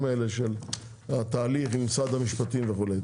האלה של התהליך עם משרד המשפטים וכולי.